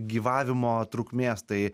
gyvavimo trukmės tai